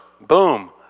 boom